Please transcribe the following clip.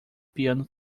piano